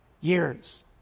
Years